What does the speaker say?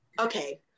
Okay